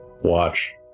watch